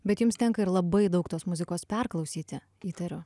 bet jums tenka labai daug tos muzikos perklausyti įtariu